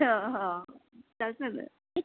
હા હા ચાલશેને